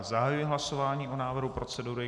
Zahajuji hlasování o návrhu procedury.